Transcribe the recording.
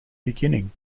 beginning